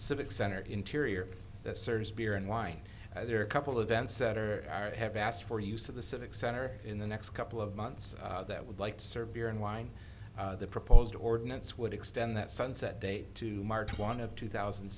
civic center interior that serves beer and wine there are a couple of events that are have asked for use of the civic center in the next couple of months that would like to serve beer and wine the proposed ordinance would extend that sunset date to march one of two thousand